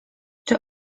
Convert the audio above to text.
czy